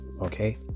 okay